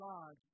God